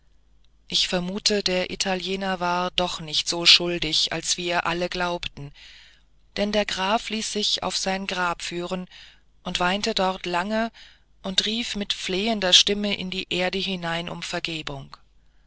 ich vermute der italiener war doch nicht so schuldig als wir alle glaubten denn der graf ließ sich auf sein grab führen weinte dort lange und rief mit flehender stimme in die erde hinein um vergebung